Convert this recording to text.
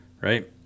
right